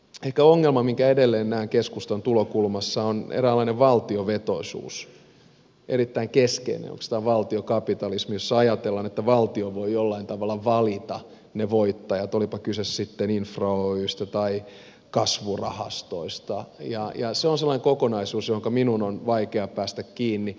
ehkä ongelma jonka edelleen näen keskustan tulokulmassa on eräänlainen valtiovetoisuus oikeastaan erittäin keskeinen valtiokapitalismi jossa ajatellaan että valtio voi jollain tavalla valita ne voittajat olipa kyse sitten infra oystä tai kasvurahastoista ja se on sellainen kokonaisuus johonka minun on vaikea päästä kiinni